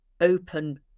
open